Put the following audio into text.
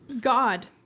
God